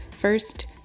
First